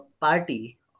party